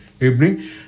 evening